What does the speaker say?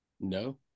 No